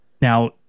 Now